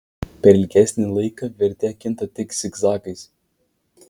per ilgesnį laiką vertė kinta tik zigzagais